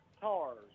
cars